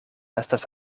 estas